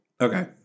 Okay